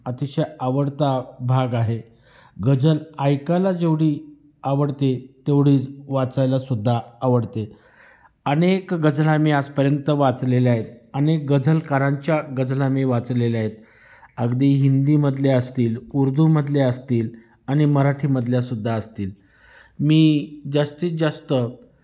अतिशय आवडता भाग आहे गजल ऐकायला जेवढी आवडते तेवढीच वाचायलासुद्धा आवडते अनेक गजला मी आजपर्यंत वाचलेल्या आहेत अनेक गजलकारांच्या गजला मी वाचलेल्या आहेत अगदी हिंदीमधल्या असतील उर्दूमधल्या असतील आणि मराठीमधल्यासुद्धा असतील मी जास्तीत जास्त